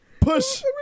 Push